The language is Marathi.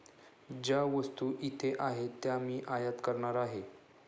ज्या वस्तू इथे आहेत त्या मी आयात करणार आहे